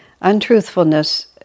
Untruthfulness